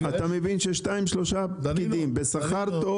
אתה מבין ששניים-שלושה פקידים בשכר טוב,